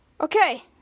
Okay